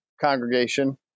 congregation